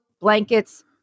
blankets